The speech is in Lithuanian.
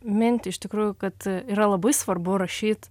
mintį iš tikrųjų kad yra labai svarbu rašyti